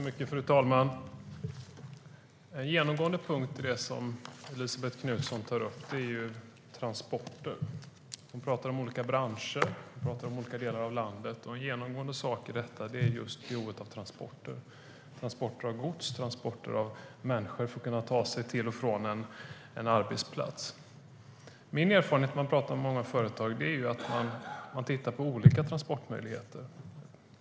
Fru talman! Genomgående för det som Elisabet Knutsson tar upp är transporterna. Hon talar om olika branscher och om olika delar av landet, och genomgående i det som sägs är behovet av transporter. Det gäller transport av gods och transport av människor som ska ta sig till och från arbetsplatsen. Min erfarenhet efter att ha talat med företag är att de tittar på olika transportmöjligheter.